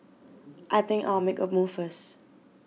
I think I'll make a move first